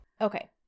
Okay